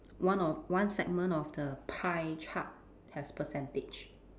one of one segment of the pie chart has percentage